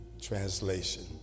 translation